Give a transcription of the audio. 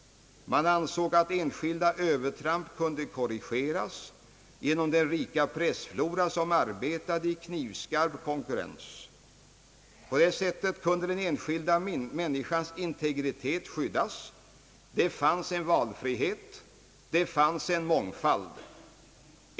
Man ansåg att enskilda övertramp kunde korrigeras genom den rika pressflora som arbetade i knivskarp konkurrens. På det sättet kunde den enskilda människans integritet skyddas — det fanns en valfrihet, det fanns en mångfald.